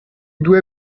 due